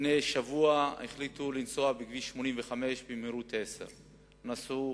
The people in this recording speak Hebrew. לפני שבוע החליטו לנסוע בכביש 85 במהירות 10. נסעו,